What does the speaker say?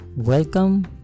Welcome